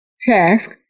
task